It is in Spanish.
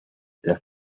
las